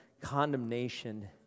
condemnation